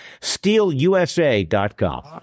Steelusa.com